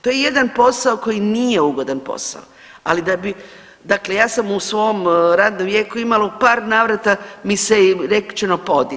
To je jedan posao koji nije ugodan posao, ali da bi, dakle ja sam u svom radnom vijeku imala u par navrata mi je rečeno pa odi.